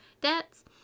debts